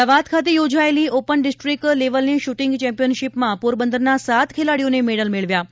અમદાવાદ ખાતે યોજાયેલી open district લેવલની શુટીંગ ચેમ્પિયનશીપમાં પોરબંદરના સાત ખેલાડીઓએ મેડલ મેળવ્યા છે